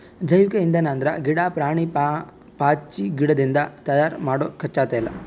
ಜೈವಿಕ್ ಇಂಧನ್ ಅಂದ್ರ ಗಿಡಾ, ಪ್ರಾಣಿ, ಪಾಚಿಗಿಡದಿಂದ್ ತಯಾರ್ ಮಾಡೊ ಕಚ್ಚಾ ತೈಲ